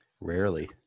Rarely